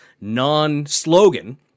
non-slogan